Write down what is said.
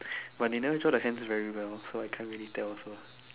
but they never draw the hands very well so I can't really tell also